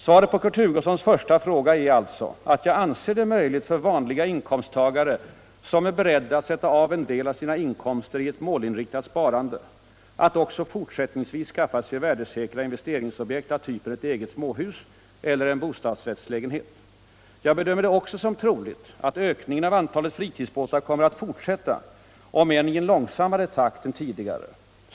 Svaret på Kurt Hugossons första fråga är alltså att jag anser det möjligt för vanliga inkomsttagare som är beredda att sätta av en del av sina inkomster i ett målinriktat sparande att också fortsättningsvis skaffa sig värdesäkra investeringsobjekt av typen ett eget småhus eller en bostadsrättslägenhet. Jag bedömer det också som troligt att ökningen av antalet fritidsbåtar kommer att fortsätta om än ien långsam mare takt än tidigare.